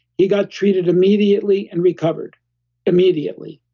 he got treated immediately and recovered immediately.